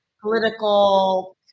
political